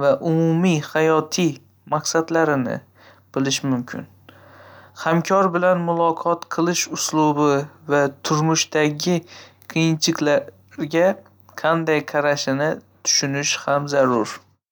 va umumiy hayotiy maqsadlarini bilish mumkin. Hamkor bilan muloqot qilish uslubi va turmushdagi qiyinchiklarga qanday qarashini tushunish ham zarur.